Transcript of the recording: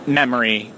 memory